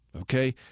Okay